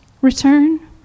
return